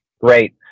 Great